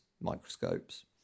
microscopes